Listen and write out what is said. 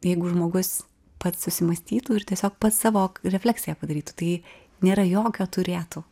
jeigu žmogus pats susimąstytų ir tiesiog pats savo refleksiją padarytų tai nėra jokio turėtų